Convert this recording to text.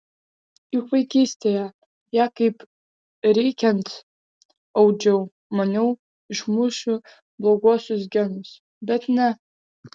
juk vaikystėje ją kaip reikiant audžiau maniau išmušiu bloguosius genus bet ne